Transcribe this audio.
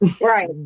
right